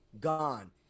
gone